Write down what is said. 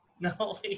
No